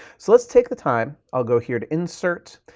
so let's take the time, i'll go here to insert.